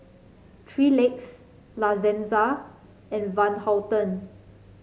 Three Legs La Senza and Van Houten